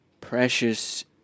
precious